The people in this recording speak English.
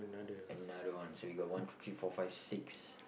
another one so we got one two three four five six